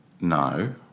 No